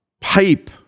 pipe